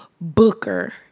Booker